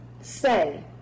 Say